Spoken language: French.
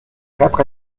quatre